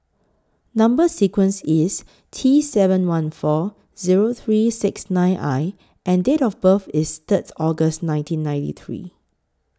Number sequence IS T seven one four Zero three six nine I and Date of birth IS Third August nineteen ninety three